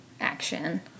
action